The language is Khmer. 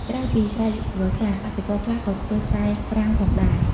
ក្រៅពីស្រែវស្សា កសិករខ្លះក៏ធ្វើស្រែប្រាំងផងដែរ។